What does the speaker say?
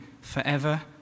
forever